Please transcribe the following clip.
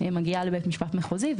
היא מגיעה לבית משפט מחוזי,